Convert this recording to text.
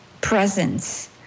presence